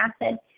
acid